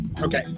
Okay